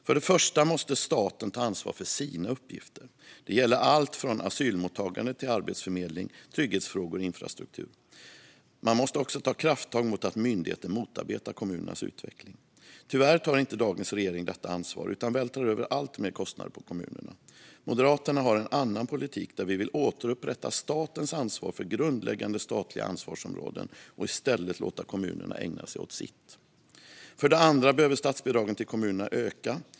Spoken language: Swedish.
För det första måste staten ta ansvar för sina uppgifter. Det gäller allt från asylmottagande till arbetsförmedling, trygghetsfrågor och infrastruktur. Man måste också ta krafttag mot att myndigheter motarbetar kommunernas utveckling. Tyvärr tar dagens regering inte detta ansvar utan vältrar över alltmer kostnader på kommunerna. Moderaterna har en annan politik där vi vill återupprätta statens ansvar för grundläggande statliga ansvarsområden och i stället låta kommunerna ägna sig åt sitt. För det andra behöver statsbidragen till kommunerna öka.